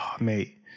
mate